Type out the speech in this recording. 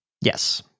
Yes